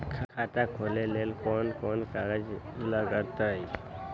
खाता खोले ले कौन कौन कागज लगतै?